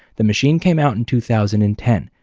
the machine came out in two thousand and ten.